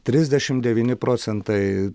trisdešimt devyni procentai